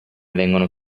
vengono